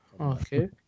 Okay